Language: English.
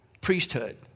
priesthood